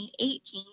2018